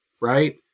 right